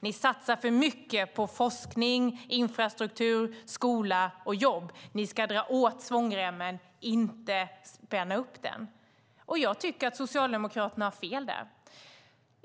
Ni satsar för mycket på forskning, infrastruktur, skola och jobb. Ni ska dra åt svångremmen, inte spänna upp den. Jag tycker att Socialdemokraterna har fel där.